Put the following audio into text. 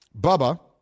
Bubba